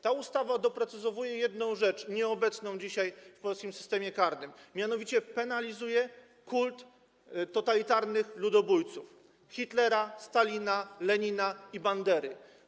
Ta ustawa doprecyzowuje jedną rzecz, nieobecną dzisiaj w polskim systemie karnym, a mianowicie penalizuje kult totalitarnych ludobójców: Hitlera, Stalina, Lenina i Bandery.